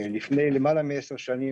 לפני למעלה מ-10 שנים,